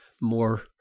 more